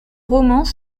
romans